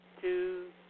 two